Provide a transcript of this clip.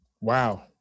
Wow